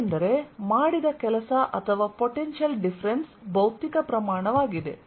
ಏಕೆಂದರೆ ಮಾಡಿದ ಕೆಲಸ ಅಥವಾ ಪೊಟೆನ್ಶಿಯಲ್ ಡಿಫರೆನ್ಸ್ ಭೌತಿಕ ಪ್ರಮಾಣವಾಗಿದೆ